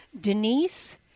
Denise